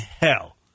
hell